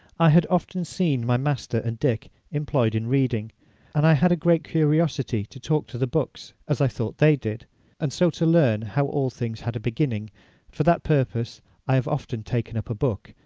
i had often seen my master and dick employed in reading and i had a great curiosity to talk to the books, as i thought they did and so to learn how all things had a beginning for that purpose i have often taken up a book,